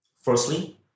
firstly